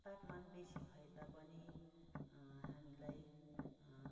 तापमान बेसी भए तापनि हामीलाई